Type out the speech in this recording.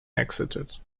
exited